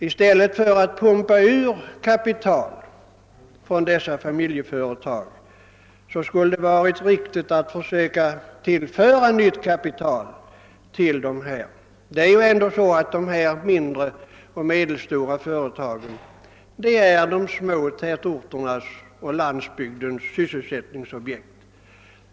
I stället för att pumpa ut kapital från dem borde man försöka tillföra dem nytt kapital. Dessa mindre och medelstora företag är ändock de små tätorternas och landsbygdens sysselsättningsobjekt.